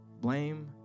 Blame